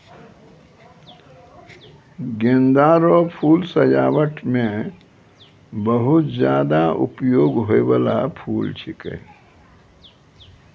गेंदा रो फूल सजाबट मे बहुत ज्यादा उपयोग होय बाला फूल छिकै